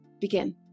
begin